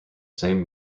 same